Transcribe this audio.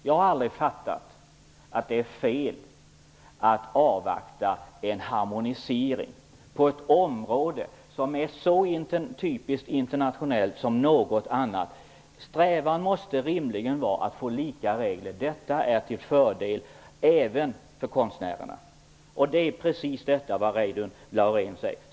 Jag har aldrig uppfattat det som fel att avvakta en harmonisering på ett område som så tydligt är internationellt. Strävan måste rimligen vara att få lika regler. Detta är till fördel även för konstnärerna. Det är precis vad Reidunn Laurén säger.